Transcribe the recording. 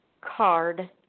card